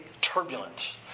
turbulent